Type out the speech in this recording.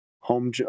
home